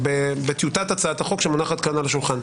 בטיוטת הצעת החוק שמונחת כאן על השולחן.